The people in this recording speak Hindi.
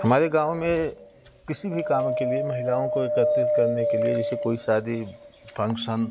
हमारे गाँव में किसी भी काम के लिए महिलाओं को एकत्रित करने के लिए जैसे कोई शादी फंगसन